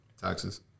Taxes